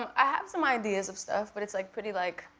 i have some ideas of stuff, but it's like pretty like,